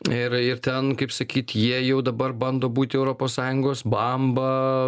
ir ir ten kaip sakyt jie jau dabar bando būti europos sąjungos bamba